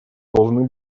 должны